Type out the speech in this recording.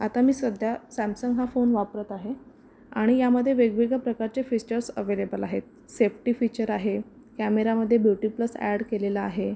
आता मी सध्या सॅमसंग हा फोन वापरत आहे आणि यामध्ये वेगवेगळ्या प्रकारचे फीचर्स अव्हेलेबल आहेत सेफ्टी फीचर आहे कॅमेरामध्ये ब्युटी प्लस अॅड केलेलं आहे